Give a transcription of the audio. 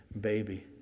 baby